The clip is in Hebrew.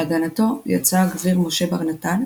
להגנתו יצא הגביר משה בר נתן,